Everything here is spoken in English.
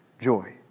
joy